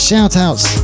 shoutouts